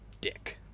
dick